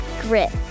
grit